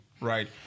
right